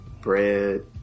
bread